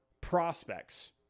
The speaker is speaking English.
prospects